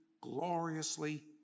gloriously